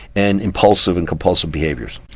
and impulsive and compulsive behaviours.